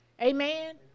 Amen